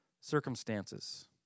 circumstances